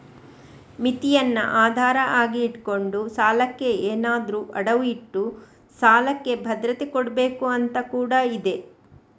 ಮಿತಿಯನ್ನ ಆಧಾರ ಆಗಿ ಇಟ್ಕೊಂಡು ಸಾಲಕ್ಕೆ ಏನಾದ್ರೂ ಅಡವು ಇಟ್ಟು ಸಾಲಕ್ಕೆ ಭದ್ರತೆ ಕೊಡ್ಬೇಕು ಅಂತ ಕೂಡಾ ಇದೆ